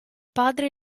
padre